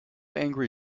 angry